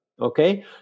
Okay